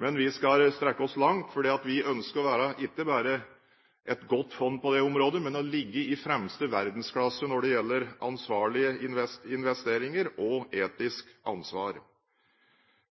Men vi skal strekke oss langt, for vi ønsker å være ikke bare et godt fond på det området, men å ligge i fremste verdensklasse når det gjelder ansvarlige investeringer og etisk ansvar.